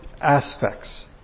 aspects